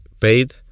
paid